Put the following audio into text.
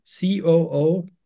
COO